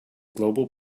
global